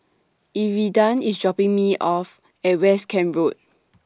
Iridian IS dropping Me off At West Camp Road